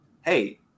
hey